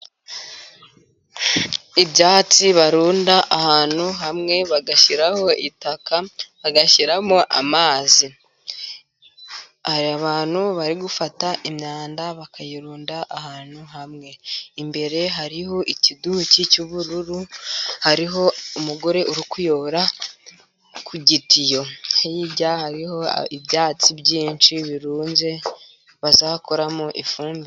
Ibyatsi barunda ahantu hamwe bagashyiraho itaka, bagashyiramo amazi. Hari abantu bari gufata imyanda bakayirunda ahantu hamwe, imbere hariho ikiduki cy'ubururu, hariho umugore uri kuyobora ku gitiyo, hirya hariho ibyatsi byinshi birunze bazakoramo ifumbire.